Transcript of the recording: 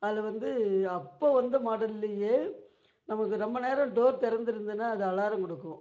அதில் வந்து அப்போ வந்த மாடல்லையே நமக்கு ரொம்ப நேரம் டோர் திறந்துருந்துனா அது அலாரம் கொடுக்கும்